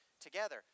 together